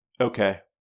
okay